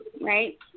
right